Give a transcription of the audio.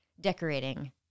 decorating